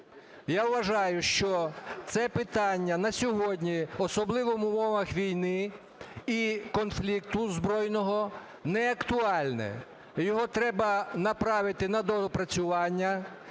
Я вважаю, що це питання на сьогодні, особливо в умовах війни і конфлікту збройної, неактуальне. Його треба направити на доопрацювання,